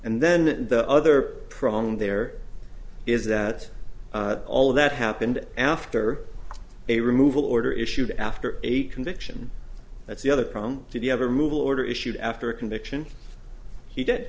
and then the other prong there is that all of that happened after a removal order issued after eight conviction that's the other problem did you ever move order issued after a conviction he did